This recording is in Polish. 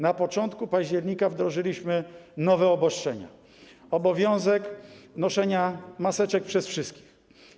Na początku października wdrożyliśmy nowe obostrzenia, obowiązek noszenia maseczek przez wszystkich.